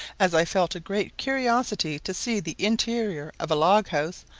as i felt a great curiosity to see the interior of a log-house,